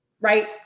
Right